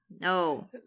no